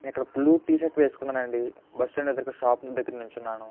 ఇక్కడ blue t shirt వేసుకున్నానండి bus stand ఎదురుగా షాపుల దగ్గర నిల్చున్నాను